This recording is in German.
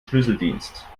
schlüsseldienst